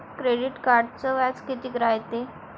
Credit कार्डचं व्याज कितीक रायते?